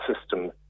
system